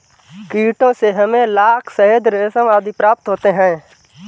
कीटों से हमें लाख, शहद, रेशम आदि प्राप्त होते हैं